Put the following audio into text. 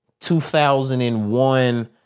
2001